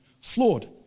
flawed